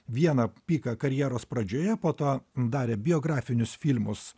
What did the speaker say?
vieną piką karjeros pradžioje po to darė biografinius filmus